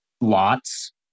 Lots